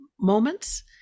moments